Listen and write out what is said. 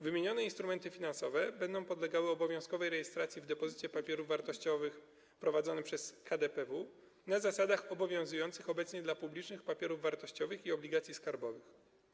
Wymienione instrumenty finansowe będą podlegały obowiązkowej rejestracji w depozycie papierów wartościowych prowadzonym przez KDPW na zasadach obowiązujących obecnie dla publicznych papierów wartościowych i obligacji skarbowych.